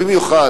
במיוחד